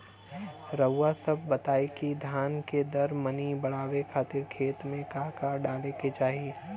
रउआ सभ बताई कि धान के दर मनी बड़ावे खातिर खेत में का का डाले के चाही?